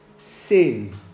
Sin